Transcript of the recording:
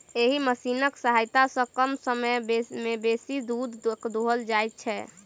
एहि मशीनक सहायता सॅ कम समय मे बेसी दूध दूहल जाइत छै